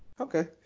Okay